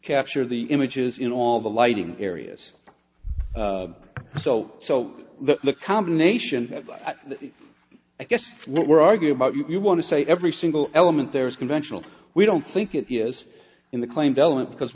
capture the images in all the lighting areas so so the combination of i guess what we're arguing about you want to say every single element there is conventional we don't think it is in the claimed element because